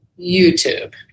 YouTube